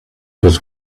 would